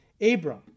abram